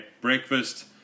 breakfast